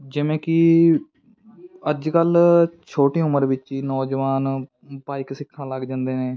ਜਿਵੇਂ ਕਿ ਅੱਜ ਕੱਲ੍ਹ ਛੋਟੀ ਉਮਰ ਵਿੱਚ ਹੀ ਨੌਜਵਾਨ ਬਾਈਕ ਸਿੱਖਣ ਲੱਗ ਜਾਂਦੇ ਨੇ